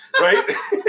Right